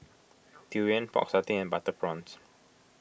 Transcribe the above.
Durian Pork Satay and Butter Prawns